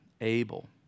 Abel